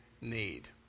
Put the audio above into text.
need